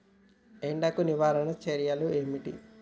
ఎండకు నివారణ చర్యలు ఏమిటి?